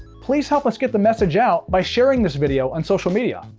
please help us get the message out by sharing this video on social media.